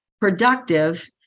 productive